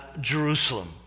Jerusalem